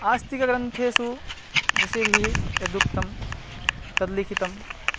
आस्तिकग्रन्थेषु ऋषिभिः यदुक्तं तद् लिखितम्